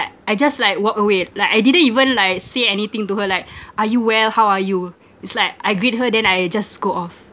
I just like walk away like I didn't even like say anything to her like are you well how are you it's like I greet her then I just go off